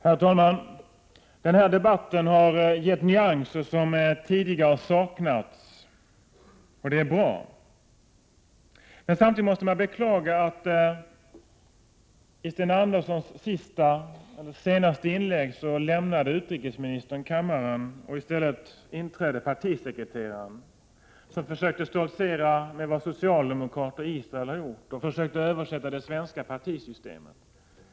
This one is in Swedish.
Herr talman! Denna debatt har gett nyanser som tidigare har saknats. Det är bra. Samtidigt måste man beklaga att i Sten Anderssons senaste inlägg lämnade utrikesministern kammaren, och in trädde i stället partisekreteraren. Partisekreteraren försökte stoltsera med vad socialdemokrater i Israel 43 har gjort, och han försökte översätta det svenska partisystemet till förhållandena i Israel.